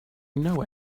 know